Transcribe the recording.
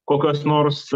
kokios nors